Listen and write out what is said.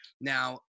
Now